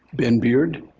ben beard.